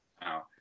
now